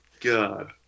God